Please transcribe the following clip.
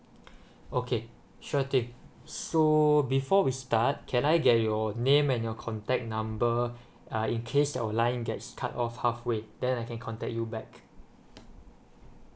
okay sure thing so before we start can I get your name and your contact number uh in case our line gets cut off halfway then I can contact you back